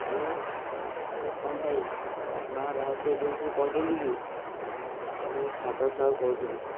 hello ହଁ ଭାଇ ମା' ଭାରତୀ ଏଜେନ୍ସିରୁ କହୁଛନ୍ତି କି ମୁଁ ସାଗର ସାହୁ କହୁଥିଲି